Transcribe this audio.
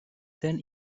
then